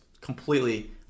completely